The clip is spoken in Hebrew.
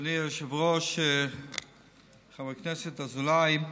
אדוני היושב-ראש, חבר הכנסת אזולאי,